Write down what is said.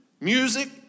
Music